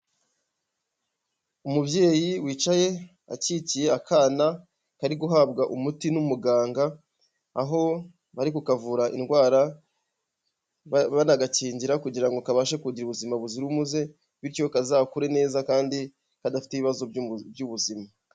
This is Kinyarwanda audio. Umubyeyi wicaye akikiye akana kari guhabwa umuti n'umuganga aho bari kukavura indwara banagakingira kugira ngo kabashe kugira ubuzima buzira umuze bityo kazakure neza kandi kadafite ibibazo by'ubuzima.